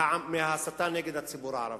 מהסתה נגד הציבור הערבי,